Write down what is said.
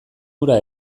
hura